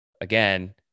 again